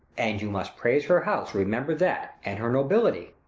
and you must praise her house, remember that, and her nobility.